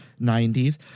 90s